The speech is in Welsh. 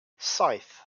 saith